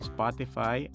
Spotify